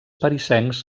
parisencs